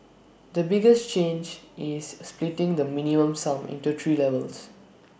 the biggest change is splitting the minimum sum into three levels